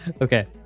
Okay